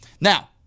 Now